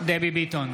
דבי ביטון,